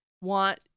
want